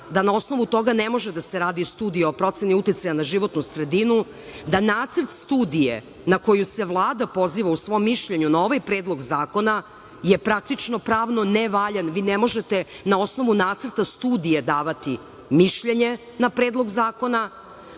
da na osnovu toga ne može da se radi studija o proceni uticaja na životnu sredinu, da nacrt studije na koju se Vlada poziva u svom mišljenju na ovaj Predlog zakona je praktično pravno ne valjan. Vi ne možete na osnovu nacrta studije davati mišljenje na Predlog zakona. Ono